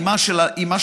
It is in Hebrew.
אמה של אלונה,